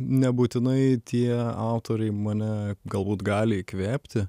nebūtinai tie autoriai mane galbūt gali įkvėpti